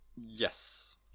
Yes